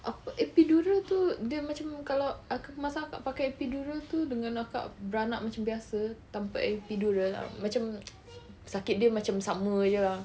apa epidural tu dia macam kalau kakak masa kakak pakai epidural tu dengan kakak beranak macam biasa tanpa epidural macam sakit dia macam sama jer lah